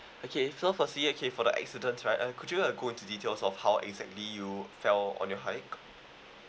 okay so for serious case for the accidents right uh could you uh go to details of how exactly you fell on your hike